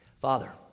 Father